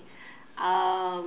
um